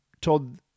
told